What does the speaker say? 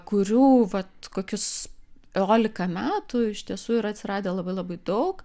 kurių vat kokius iolika metų iš tiesų yra atsiradę labai labai daug